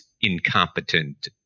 incompetent